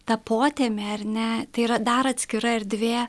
ta potėme ar ne tai yra dar atskira erdvė